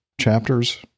chapters